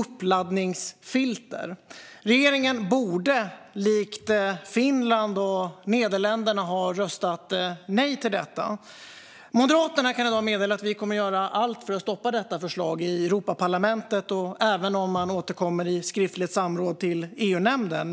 uppladdningsfilter. Regeringen borde likt Finland och Nederländerna ha röstat nej till detta. Moderaterna kan i dag meddela att vi kommer att göra allt för att stoppa detta förslag i Europaparlamentet, och även om man återkommer i skriftligt samråd till EU-nämnden.